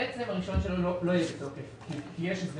בעצם הרישיון שלו לא יהיה בתוקף כי יש הסדר